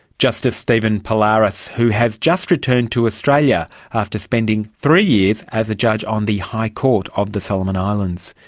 justice stephen pallaras, who has just returned to australia after spending three years as a judge on the high court of the solomon islands.